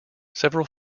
several